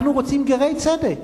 אנחנו רוצים גרי צדק.